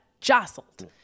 jostled